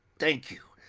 thank you!